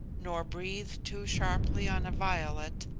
nor breathe too sharply on a violet,